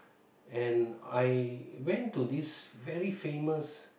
and I went to this very famous